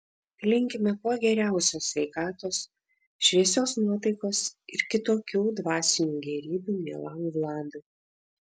linkime kuo geriausios sveikatos šviesios nuotaikos ir kitokių dvasinių gėrybių mielam vladui